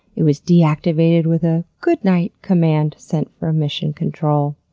it was deactivated with a good night command sent from mission control.